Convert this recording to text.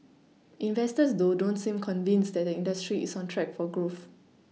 investors though don't seem convinced that the industry is on track for growth